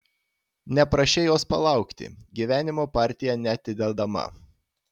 neprašei jos palaukti gyvenimo partija neatidedama